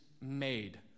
made